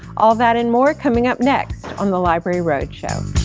all that and more coming up next, on the library road show.